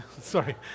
Sorry